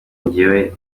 njyewe